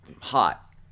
hot